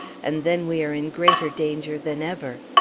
and then we are in greater danger than ever.